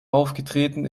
aufgetreten